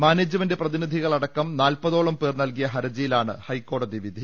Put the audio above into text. management പ്രതിനിധികളടക്കം നാൽപതോളം പേർ നൽകിയ ഹർജിയിലാണ് ഹൈക്കോടതി വിധി